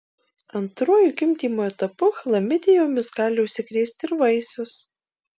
antruoju gimdymo etapu chlamidijomis gali užsikrėsti ir vaisius